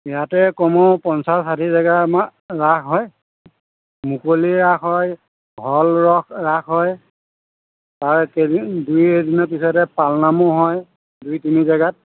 ইয়াতে কমেও পঞ্চাছ ষাঠি জেগা আমাৰ ৰাস হয় মুকলি ৰাস হয় হল ৰাস হয় তাৰ কেইদিন দুই এদিনৰ পিছতে পালনামো হয় দুই তিনি জেগাত